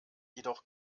jedoch